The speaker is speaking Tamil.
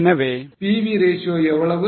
எனவே PV ratio எவ்வளவு